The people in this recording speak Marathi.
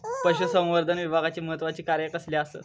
पशुसंवर्धन विभागाची महत्त्वाची कार्या कसली आसत?